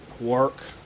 work